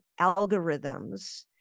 algorithms